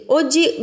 oggi